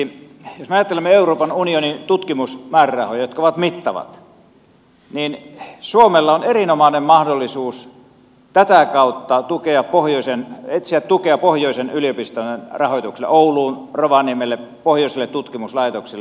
jos me ajattelemme euroopan unionin tutkimusmäärärahoja jotka ovat mittavat suomella on erinomainen mahdollisuus tätä kautta etsiä tukea pohjoisen yliopistojen rahoitukselle ouluun rovaniemelle pohjoiselle tutkimuslaitokselle